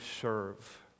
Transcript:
serve